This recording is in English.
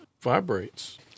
vibrates